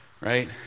right